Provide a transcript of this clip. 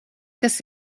kas